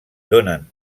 donen